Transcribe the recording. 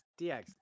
Dx